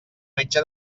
metge